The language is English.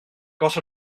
got